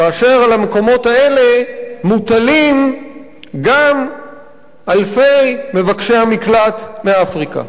כאשר על המקומות האלה מוטלים גם אלפי מבקשי המקלט מאפריקה.